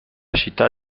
città